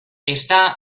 està